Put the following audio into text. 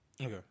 Okay